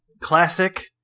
classic